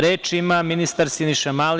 Reč ima ministar Siniša Mali.